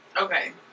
okay